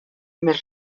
més